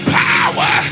power